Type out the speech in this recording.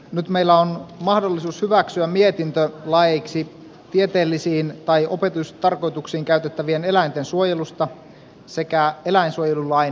nyt meillä on mahdollisuus hyväksyä mietintö laeiksi tieteellisiin tai opetustarkoituksiin käytettävien eläinten suojelusta sekä eläinsuojelulain muuttamisesta